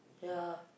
ya